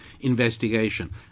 investigation